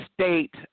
state